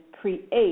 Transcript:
create